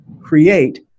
create